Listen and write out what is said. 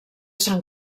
sant